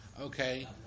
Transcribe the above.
Okay